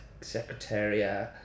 Secretariat